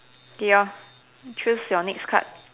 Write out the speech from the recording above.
your choose your next card